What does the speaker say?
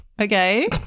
okay